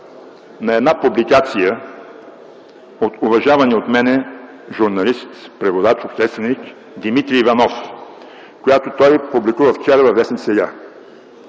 на една публикация от уважавания от мен журналист, преводач, общественик Дмитрий Иванов, която той публикува вчера във в. „Сега”.